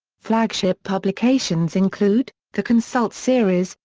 flagship publications include the consult series,